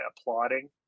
applauding